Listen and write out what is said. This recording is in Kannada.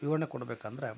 ವಿವರಣೆ ಕೊಡಬೇಕಂದ್ರೆ